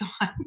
on